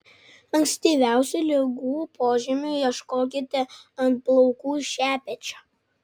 ankstyviausių ligų požymių ieškokite ant plaukų šepečio